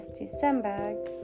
december